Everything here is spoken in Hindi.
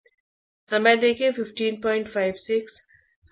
तो अब हम उल्टा करते हैं